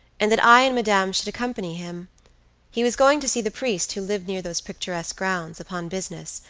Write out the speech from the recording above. and that i and madame should accompany him he was going to see the priest who lived near those picturesque grounds, upon business,